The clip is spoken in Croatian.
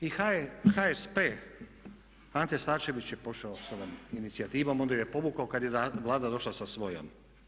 I HSP Ante Starčević je pošao sa ovom inicijativom onda ju je povukao kada je Vlada došla sa svojom.